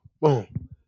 boom